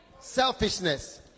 Selfishness